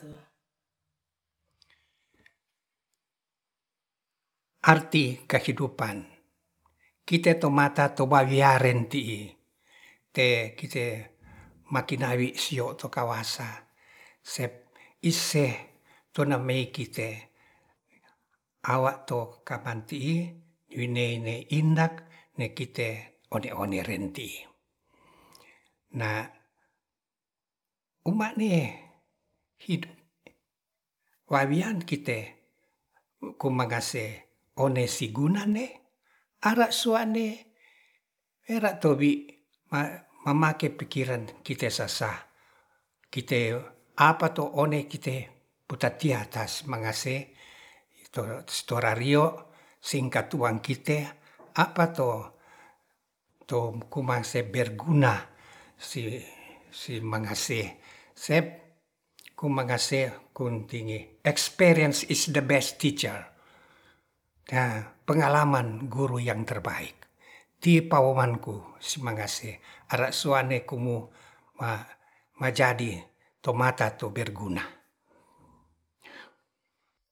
Arti kehidupan kite to mata to mawiaren ti'i te kite makinawi sio to kawasa sep ise tona mei kite awa to kaman ti'i winei nei indak ne kite one-one renti na ema nie hudup wawian kite ku mangase one sigunane ara sua'ne era towi ma mamake pikiran kita sasakite apa to one kite putar tiatas mangase serorario singkat tuang kite apato to kuma se berguna si simangase sep kumangase kong tinya experince is the best teacher perangalaman guru yang terbaik ti pawomanku si mangase ara sua'ne kumu ma majadi tomata to berguna